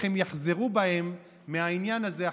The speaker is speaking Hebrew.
ההצעה להעביר את הצעת חוק הדיינים (תיקון מס' 29),